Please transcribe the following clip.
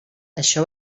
això